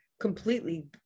completely